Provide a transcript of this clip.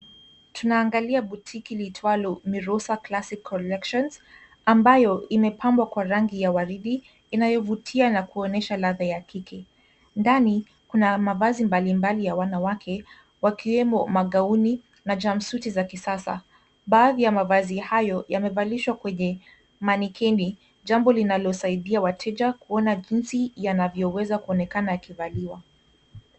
Tunaangalia boutique liitwalo Mirusa Classic Collections ambayo imepambwa kwa rangi ya waridi inayovutia na kuonyesha ladha ya kike. Ndani kuna mavazi mbalimbali ya wanawake wakiwemo magauni na jumpsuit za kisasa. Baadhi ya mavazi hayo yamevalishwa kwenye mannequin jambo linalosaidia wateja kuona jinsi yanavyoweza kuonekana yakivaliwa.